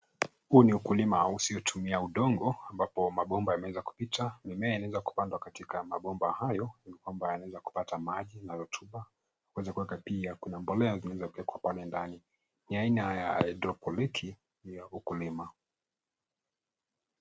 Huu ni ukilima usiotumia udongo ambapo mabomba mengi ya kupita. Mimea imeweza kupandwa katikla mabomba hayo ili kwamba yanaweza kupata maji na rutuba kuweza pia kuna mbolea zinaweza kuweka pale ndani. Ni aina ya haidropoliki ya ukulima.